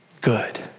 Good